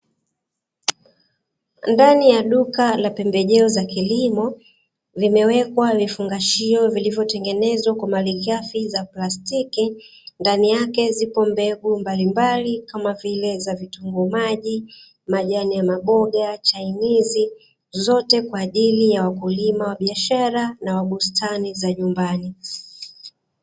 Ndani ya duka la pembejeo za kilimo vimewekwa vifungashio vilivyotengenezwa kwa malighafi za plastiki, ndani yake zipo mbegu mbalimbali kama fedha za vitunguu maji, majani ya maboga, "chinese", zote kwa ajili ya wakulima wa biashara na wa bustani za nyumbani.